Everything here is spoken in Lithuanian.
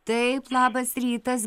taip labas rytas